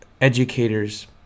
educators